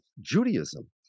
Judaism